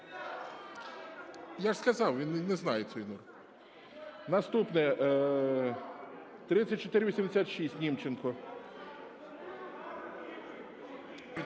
Я ж сказав, він не знає цієї норми. Наступне 3486, Німченко.